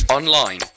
Online